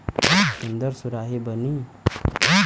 सुन्दर सुराही बनी